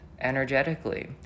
energetically